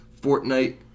Fortnite